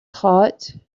hot